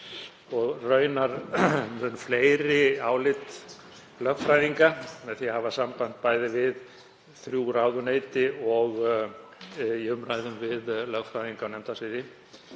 og raunar fleiri álit lögfræðinga með því að hafa samband við þrjú ráðuneyti og í umræðum við lögfræðinga á nefndasviði.